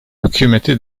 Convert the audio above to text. hükümeti